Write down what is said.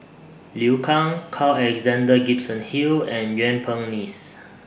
Liu Kang Carl Alexander Gibson Hill and Yuen Peng Neice